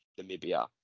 Namibia